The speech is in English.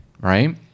right